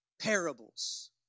parables